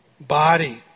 body